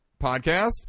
podcast